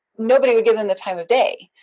nobody would give them the time of day.